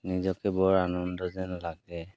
নিজকে বৰ আনন্দ যেন লাগে